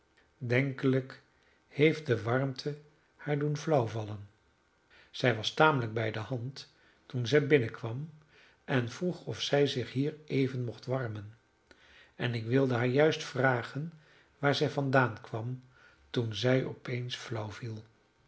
denkelijk heeft de warmte haar doen flauw vallen zij was tamelijk bijdehand toen zij binnenkwam en vroeg of zij zich hier even mocht warmen en ik wilde haar juist vragen waar zij vandaan kwam toen zij opeens flauw viel